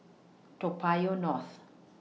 Toa Payoh North